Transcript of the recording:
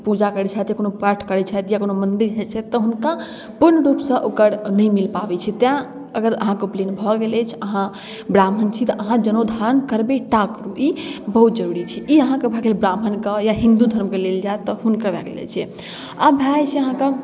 पूजा करै छथि या कोनो पाठ करै छथि या कोनो मन्दिर जाइ छथि तऽ हुनका पूर्ण रूपसँ ओकर नहि मिलि पाबै छै तेँ अगर अहाँके उपनैन भऽ गेल अछि अगर अहाँ ब्राह्मण छी तऽ अहाँ जनउ धारण करबेटा करू ई बहुत जरूरी छै ई अहाँके भऽ गेल ब्राह्मणके या हिन्दू धर्मके तरफ जाएब तऽ हुनका लेल छै आब भऽ जाइ छै अहाँके